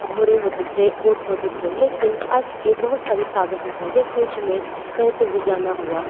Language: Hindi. घोड़े होते थे ऊंट होते थे लेकिन आज के बहुत सारे साधन हैं जैसे हमें कहीं पर भी जाना हुआ